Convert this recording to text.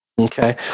Okay